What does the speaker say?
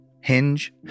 Hinge